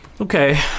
okay